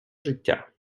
життя